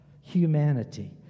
humanity